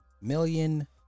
million